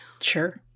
Sure